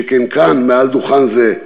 שכן כאן, מעל דוכן זה,